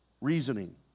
Reasoning